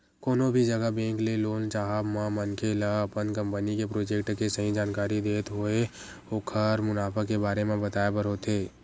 कोनो भी जघा बेंक ले लोन चाहब म मनखे ल अपन कंपनी के प्रोजेक्ट के सही जानकारी देत होय ओखर मुनाफा के बारे म बताय बर होथे